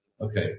Okay